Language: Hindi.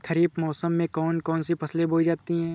खरीफ मौसम में कौन कौन सी फसलें बोई जाती हैं?